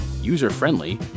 user-friendly